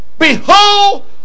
Behold